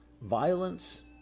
violence